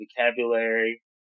vocabulary